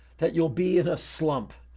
that you'll be in a slump.